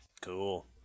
Cool